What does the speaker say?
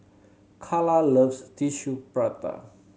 Kala loves Tissue Prata